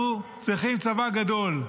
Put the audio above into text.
אנחנו צריכים צבא גדול.